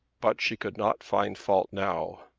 but she could not find fault now.